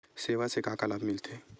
सेवा से का का मिलथे?